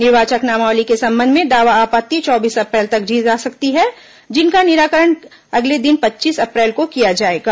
निर्वाचक नामावली के संबंध में दावा आपत्ति चौबीस अप्रैल तक दी जा सकती है जिनका निराकरण अगले दिन पच्चीस अप्रैल को किया जाएगा